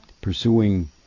pursuing